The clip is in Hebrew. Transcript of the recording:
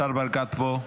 השר ברקת פה?